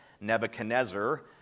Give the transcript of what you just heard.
Nebuchadnezzar